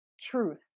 truth